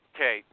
Okay